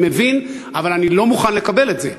אני מבין, אבל אני לא מוכן לקבל את זה.